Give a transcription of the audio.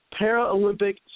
Paralympic